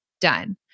done